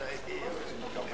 כבוד לזיקנה.